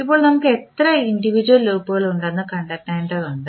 ഇപ്പോൾ നമുക്ക് എത്ര ഇൻഡിവിജ്വൽ ലൂപ്പുകൾ ഉണ്ടെന്ന് കണ്ടെത്തേണ്ടതുണ്ട്